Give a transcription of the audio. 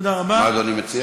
מה אדוני מציע?